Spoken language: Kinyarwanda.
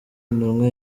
intumwa